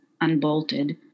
unbolted